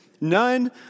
None